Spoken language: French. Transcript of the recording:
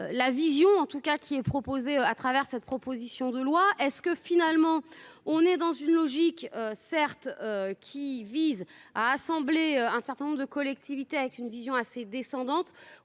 la vision en tout cas qui est proposé, à travers cette proposition de loi, est-ce que finalement on est dans une logique certes qui vise à assembler un certain nombre de collectivités, avec une vision assez descendante